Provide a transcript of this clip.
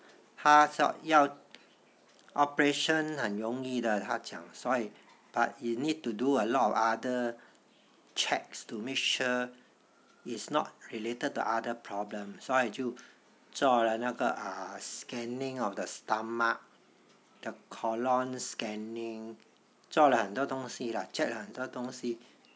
他说要 operation 很容易的他讲所以 but you need to do a lot of other checks to make sure it's not related to other problem 所以就做了那个 err scanning of the stomach the colon scanning 做了很多东西啦 check 了很多东西